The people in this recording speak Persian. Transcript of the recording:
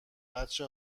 بچه